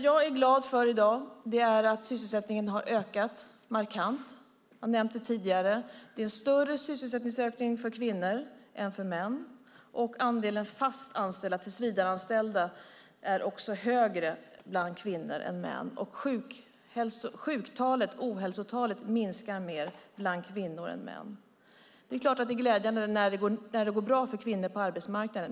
Jag är glad över att sysselsättningen har ökat markant, vilket jag nämnde tidigare. Det är en större sysselsättningsökning för kvinnor än för män. Andelen tillsvidareanställda är också högre bland kvinnor än män. Ohälsotalet minskar mer för kvinnor än män. Det är glädjande när det går bra för kvinnor på arbetsmarknaden.